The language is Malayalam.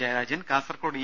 ജയരാജൻ കാസർകോഡ് ഇ